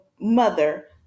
mother